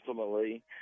ultimately